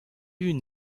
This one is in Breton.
unan